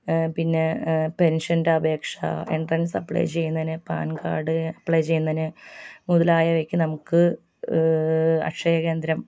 പിന്നെ പെൻഷൻ്റെ അപേക്ഷ എൻട്രൻസ് അപ്ലൈ ചെയ്യുന്നതിന് പാൻ കാർഡ് അപ്ലൈ ചെയ്യുന്നതിന് മുതലായവയ്ക്ക് നമുക്ക് അക്ഷയ കേന്ദ്രം